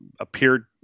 appeared